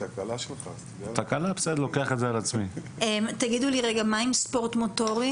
תגידו, מה עם ספורט מוטורי?